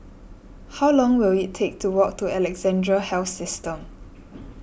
how long will it take to walk to Alexandra Health System